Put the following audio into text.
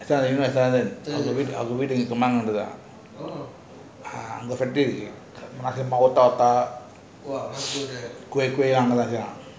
அவங்க வீடு அவங்க வீடு மதன் வந்து இருக்கான் அங்க:avanga veetu avanga veetu madan vanthu irukan anga factory இருக்கு கொய்குயே அங்க தான் சேரன்:iruku kuyakuyae anga thaan seiran